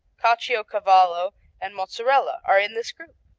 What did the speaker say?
caciocavallo and mozzarella are in this group.